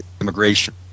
immigration